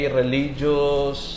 religious